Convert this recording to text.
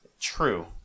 True